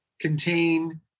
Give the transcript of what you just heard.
contain